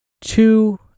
two